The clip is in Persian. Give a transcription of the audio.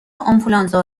آنفلوانزا